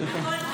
בבקשה.